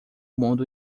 mundo